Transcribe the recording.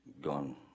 gone